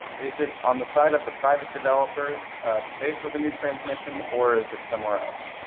is it on the side of the private developers to pay for the new transmission, or is it somewhere else?